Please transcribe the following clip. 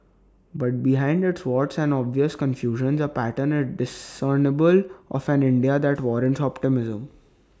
but behind its warts and obvious confusions A pattern is discernible of an India that warrants optimism